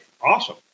awesome